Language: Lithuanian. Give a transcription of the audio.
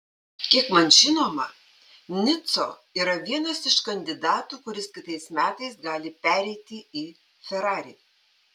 kiek man žinoma nico yra vienas iš kandidatų kuris kitais metais gali pereiti į ferrari